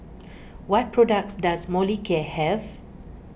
what products does Molicare have